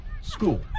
school